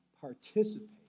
participate